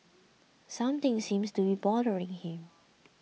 something seems to be bothering him